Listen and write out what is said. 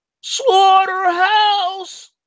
Slaughterhouse